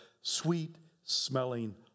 sweet-smelling